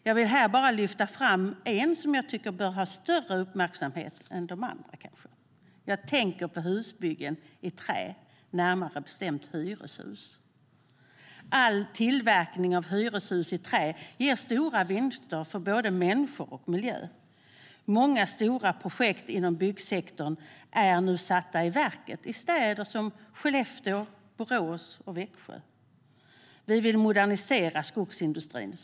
Jag vill här lyfta fram en som jag tycker bör få större uppmärksamhet än andra. Jag tänker på husbyggen i trä, närmare bestämt hyreshus. All tillverkning av hyreshus i trä ger stora vinster för både människor och miljö. Många stora projekt inom byggsektorn är satta i verket i städer som Skellefteå, Borås och Växjö.Vi vill modernisera skogsindustrin.